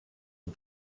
but